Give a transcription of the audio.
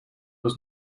was